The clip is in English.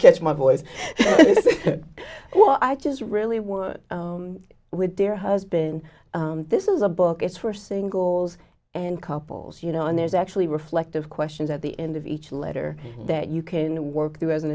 catch my voice well i just really work with there has been this is a book it's for singles and couples you know and there's actually reflective questions at the end of each letter that you can work through as an